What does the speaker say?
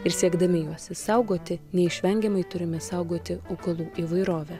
ir siekdami juos išsaugoti neišvengiamai turime saugoti augalų įvairovę